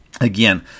Again